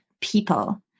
people